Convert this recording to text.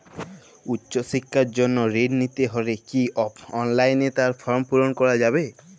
উচ্চশিক্ষার জন্য ঋণ নিতে হলে কি অনলাইনে তার ফর্ম পূরণ করা যাবে?